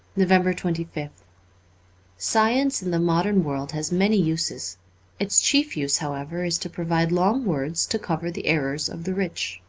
november twenty fifth science in the modern world has many uses its chief use, however, is to provide long words to cover the errors of the rich,